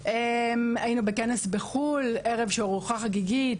היינו בכנס בחו"ל בערב של ארוחה חגיגית,